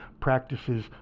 practices